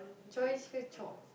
choice ke chore